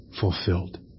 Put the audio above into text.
fulfilled